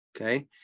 Okay